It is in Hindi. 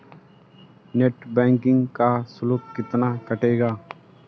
नेट बैंकिंग का शुल्क कितना कटेगा?